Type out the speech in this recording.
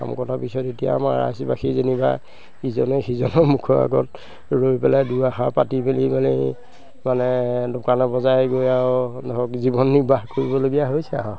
শাম কটাৰ পিছত এতিয়া আমাৰ ৰাইজবাসী যেনিবা ইজনে সিজনৰ মুখৰ আগত ৰৈ পেলাই দুআষাৰ পাতি মেলি মানে মানে দোকানে বজাৰে গৈ আৰু ধৰক জীৱন নিৰ্বাহ কৰিবলগীয়া হৈছে আৰু